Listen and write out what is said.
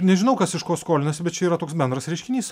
nežinau kas iš ko skolinasi bet čia yra toks bendras reiškinys